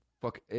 Fuck